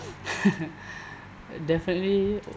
definitely